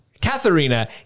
Katharina